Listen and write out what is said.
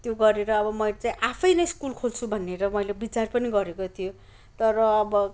त्यो गरेर अब मैले चाहिँ आफैले स्कुल खोल्छु भनेर मैले बिचार पनि गरेको थियो तर अब